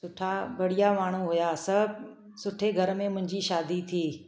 सुठा बढ़िया माण्हू हुआ सभु सुठे घर में मुंहिंजी शादी थी